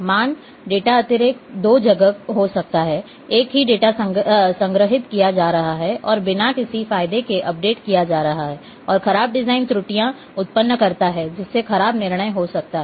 मान डेटा अतिरेक दो जगह हो सकता है एक ही डेटा संग्रहीत किया जा रहा है और बिना किसी फायदे के अपडेट किया जा रहा है और खराब डिज़ाइन त्रुटियां उत्पन्न करता है जिससे खराब निर्णय हो सकते हैं